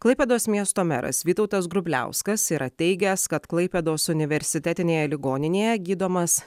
klaipėdos miesto meras vytautas grubliauskas yra teigęs kad klaipėdos universitetinėje ligoninėje gydomas